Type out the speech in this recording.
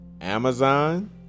Amazon